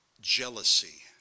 jealousy